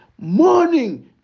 morning